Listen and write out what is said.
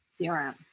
CRM